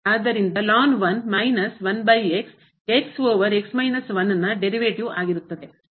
ಆದ್ದರಿಂದ ಇಲ್ಲಿ ln over 1 ನ derivative ಉತ್ಪನ್ನ ಆಗಿರುತ್ತದೆ